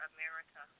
America